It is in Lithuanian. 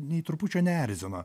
nei trupučio neerzina